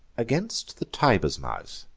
against the tiber's mouth,